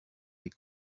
les